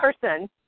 person